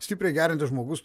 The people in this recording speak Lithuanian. stipriai geriantis žmogus